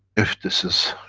if this is.